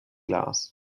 glas